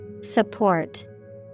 Support